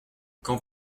quand